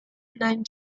nine